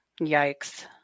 Yikes